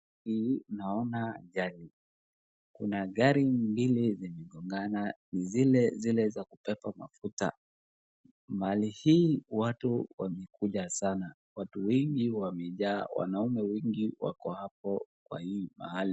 Hii naona gari. Kuna gari mbili zimegongana, zilezile za kubeba mafuta. Mahali hii watu wamekuja sana. Watu wengi wamejaa. Wanaume wengi wako hapo kwa hii pahali.